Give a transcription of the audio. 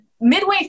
midway